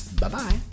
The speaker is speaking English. Bye-bye